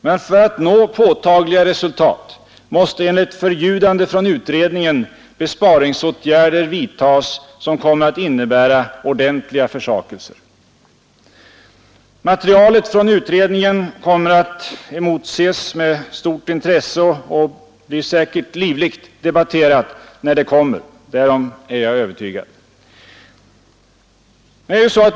Men för att nå påtagliga resultat måste enligt förljudande från utredningen besparingsåtgärder vidtas som kommer att innebära ordentliga försakelser. Materialet från utredningen emotses med stort intresse och blir säkerligen livligt debatterat när det kommer — därom är jag övertygad.